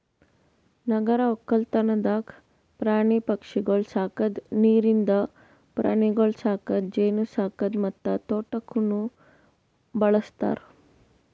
ನಗರ ಒಕ್ಕಲ್ತನದಾಗ್ ಪ್ರಾಣಿ ಪಕ್ಷಿಗೊಳ್ ಸಾಕದ್, ನೀರಿಂದ ಪ್ರಾಣಿಗೊಳ್ ಸಾಕದ್, ಜೇನು ಸಾಕದ್ ಮತ್ತ ತೋಟಕ್ನ್ನೂ ಬಳ್ಸತಾರ್